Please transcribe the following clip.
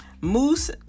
Moose